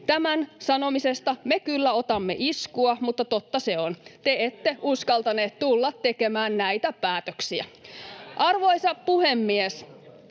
Tämän sanomisesta me kyllä otamme iskua, mutta totta se on. Te ette uskaltaneet tulla tekemään näitä päätöksiä. Arvoisa puhemies!